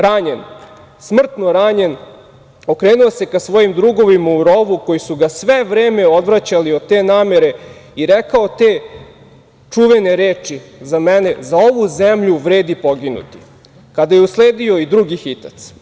Ranjen, smrtno ranjen okrenuo se ka svojim drugovima u rovu koji su ga sve vreme odvraćali od te namere i rekao je te čuvene reči – Za ovu zemlju vredi poginuti, kada je usledio i drugi hitac.